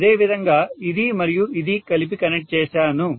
అదే విధంగా ఇది మరియు ఇది కలిపి కనెక్ట్ చేశాను